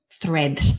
thread